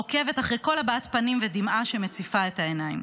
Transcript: עוקבת אחרי כל הבעת פנים ודמעה שמציפה את העיניים.